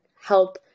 help